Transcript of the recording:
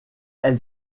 elle